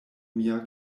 mia